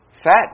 fat